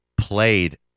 played